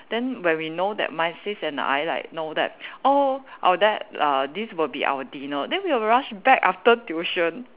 then when we know that my sis and I like know that oh our dad uh this will be our dinner then we'll rush back after tuition